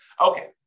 Okay